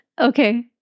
Okay